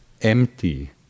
empty